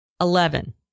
Eleven